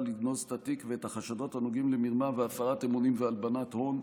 לגנוז את התיק ואת החשדות הנוגעים למרמה והפרת אמונים והלבנת הון,